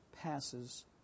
passes